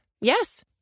Yes